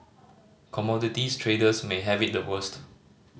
commodities traders may have it the worst